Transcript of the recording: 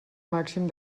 màxim